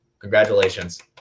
Congratulations